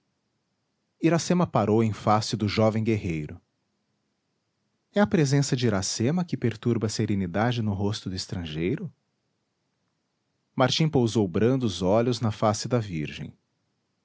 iracema parou em face do jovem guerreiro é a presença de iracema que perturba a serenidade no rosto do estrangeiro martim pousou brandos olhos na face da virgem